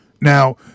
Now